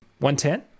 110